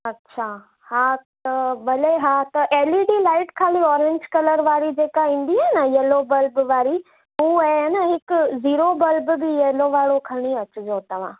अच्छा हा त भले हा त एल ई डी लाइट ख़ाली औरेंज कलर वारी जेका ईंदी आहे न यलो बल्ब वारी हू ऐं अन हिक जीरो बल्ब बि यलो वारो खणी अचिजो तव्हां